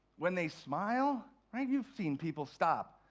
when they smile right, you've seen people stop